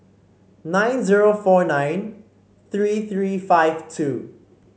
nine zero four nine three three five two